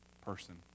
person